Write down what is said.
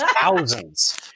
thousands